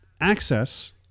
access